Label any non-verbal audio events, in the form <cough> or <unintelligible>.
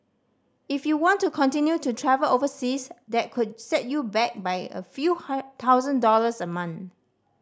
if you want to continue to travel overseas that could set you back by a few <unintelligible> thousand dollars a month